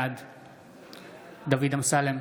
בעד דוד אמסלם,